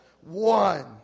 one